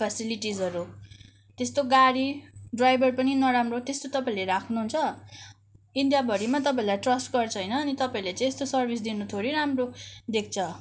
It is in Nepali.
फेसिलिटिजहरू त्यस्तो गाडी ड्राइभर पनि नराम्रो त्यस्तो तपाईँले राख्नुहुन्छ इन्डियाभरिमा तपाईँलाई ट्रस्ट गर्छ होइन अनि तपाईँले चाहिँ यस्तो सर्भिस दिनु थोडी राम्रो देख्छ